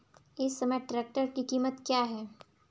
इस समय ट्रैक्टर की कीमत क्या है?